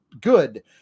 good